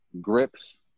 grips